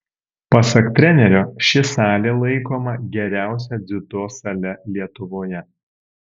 pasak trenerio ši salė laikoma geriausia dziudo sale lietuvoje